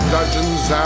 Dungeons